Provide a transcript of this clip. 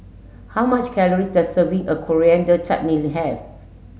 how much calorie does a serving of Coriander Chutney have